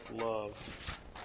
love